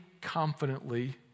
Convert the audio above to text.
confidently